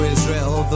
Israel